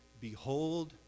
Behold